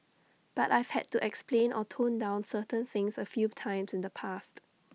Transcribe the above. but I've had to explain or tone down certain things A few times in the past